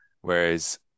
Whereas